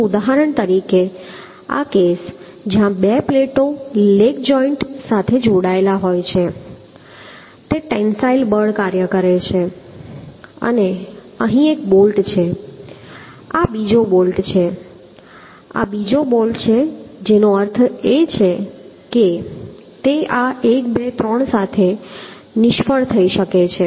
તો ઉદાહરણ તરીકે આ કેસ જ્યાં બે પ્લેટો લેગ જોઈન્ટ સાથે જોડાયેલ હોય છે તે ટેન્સાઈલ બળ કાર્ય કરે છે અને અહીં એક બોલ્ટ છે આ બીજો બોલ્ટ છે આ બીજો બોલ્ટ છે જેનો અર્થ છે કે તે આ 1 2 3 સાથે નિષ્ફળ થઈ શકે છે